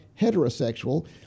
heterosexual